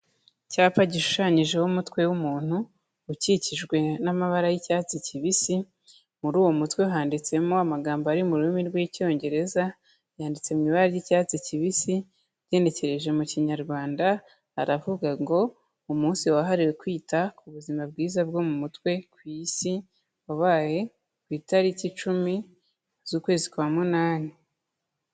Icyapa gishushanyijeho umutwe w'umuntu, ukikijwe n'amabara y'icyatsi kibisi, muri uwo mutwe handitsemo amagambo ari mu rurimi rw'icyongereza yanditse mu ibara ry'icyatsi kibisi, ugenekereje mu kinyarwanda, aravuga ngo, umunsi wahariwe kwita ku buzima bwiza bwo mu mutwe ku isi, wabaye ku itariki icumi z'ukwezi kwa munani.